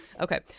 Okay